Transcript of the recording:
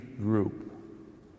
group